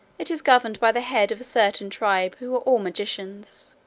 it is governed by the head of a certain tribe, who are all magicians.